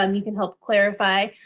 um you can help clarify.